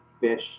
fish